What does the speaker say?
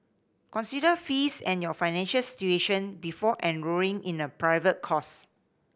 consider fees and your financial situation before enrolling in a private course